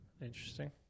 Interesting